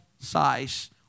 size